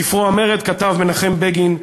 בספרו "המרד" כתב מנחם בגין: